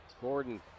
Gordon